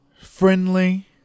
friendly